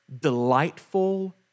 delightful